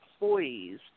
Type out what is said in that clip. employees